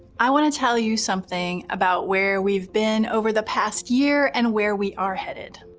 i want to tell you something about where we've been over the past year and where we are headed.